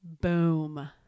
Boom